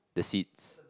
the seeds